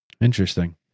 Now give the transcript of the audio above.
Interesting